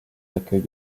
d’accueil